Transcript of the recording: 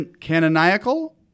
canonical